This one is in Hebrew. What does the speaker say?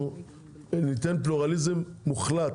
אנחנו ניתן פלורליזם מוחלט,